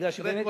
מפני שבאמת,